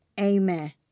amen